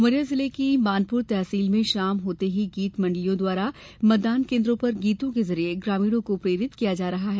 उमरिया जिले की मानपूर तहसील में शाम होते ही गीत मण्डलियों द्वारा मतदान केंद्रों पर गीतों के जरिये ग्रामीणों को प्रेरित किया जा रहा है